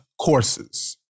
courses